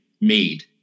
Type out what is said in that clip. made